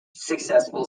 successful